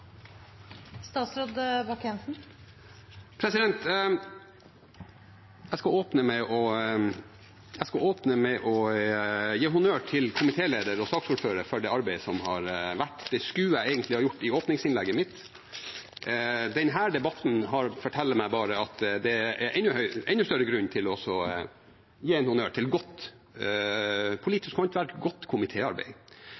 arbeidet som har vært gjort. Det skulle jeg egentlig ha gjort i åpningsinnlegget mitt. Denne debatten forteller meg bare at det er enda større grunn til å gi en honnør for godt